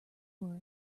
were